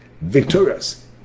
victorious